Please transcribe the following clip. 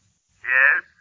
Yes